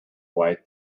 white